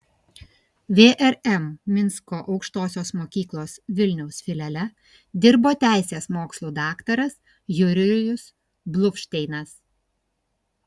vrm minsko aukštosios mokyklos vilniaus filiale dirbo teisės mokslų daktaras jurijus bluvšteinas